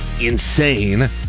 insane